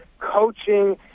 coaching